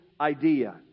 idea